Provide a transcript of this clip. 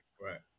Right